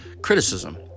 criticism